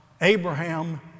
Abraham